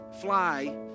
fly